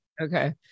Okay